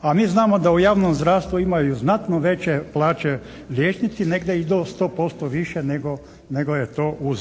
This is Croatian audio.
a mi znamo da u javnom zdravstvu imaju znatno veće plaće liječnici negdje i do 100% više nego je to u